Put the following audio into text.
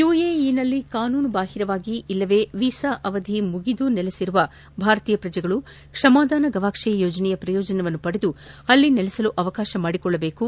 ಯುಎಇನಲ್ಲಿ ಕಾನೂನು ಬಾಹಿರವಾಗಿ ಇಲ್ಲವೆ ವೀಸಾ ಅವಧಿ ಮುಗಿದು ನೆಲೆಸಿರುವ ಭಾರತೀಯ ಪ್ರಜೆಗಳು ಕ್ಷಮಾದಾನ ಗವಾಕ್ಷಿ ಯೋಜನೆಯ ಪ್ರಯೋಜನ ಪಡೆದು ಅಲ್ಲಿ ನೆಲೆಸಲು ಅವಕಾಶ ಮಾಡಿಕೊಳ್ಳಬೇಕು